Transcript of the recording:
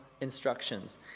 instructions